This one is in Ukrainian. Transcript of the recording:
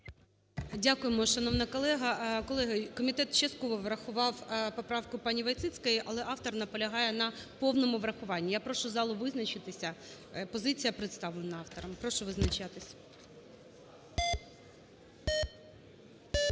Дякуємо, шановна колега. Колеги, комітет частково врахував поправку паніВойціцької. Але автор наполягає на повному врахуванні. Я прошу залу визначитися. Позиція представлена автором. Прошу визначатися.